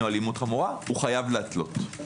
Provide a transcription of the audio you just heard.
או אלימות חמורה - הוא חייב להתלות.